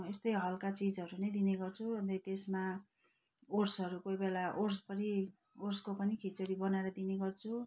यस्तै हल्का चिजहरू नै दिने गर्छु अन्त त्यसमा ओट्सहरू कोही बेला ओट्स पनि ओट्सको पनि खिचडी बनाएर दिने गर्छु